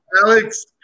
Alex